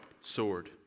sword